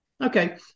Okay